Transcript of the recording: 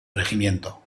regimiento